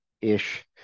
ish